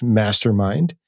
mastermind